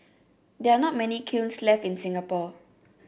there are not many kilns left in Singapore